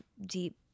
deep